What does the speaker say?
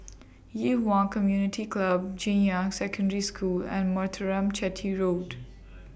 Yi Huan Community Club Junyuan Secondary School and Muthuraman Chetty Road